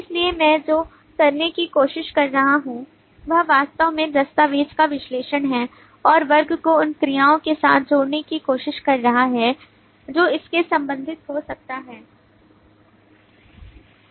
इसलिए मैं जो करने की कोशिश कर रहा हूं वह वास्तव में दस्तावेज़ का विश्लेषण है और वर्ग को उन क्रियाओं के साथ जोड़ने की कोशिश कर रहा है जो इससे संबंधित हो सकते हैं